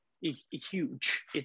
huge